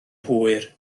hwyr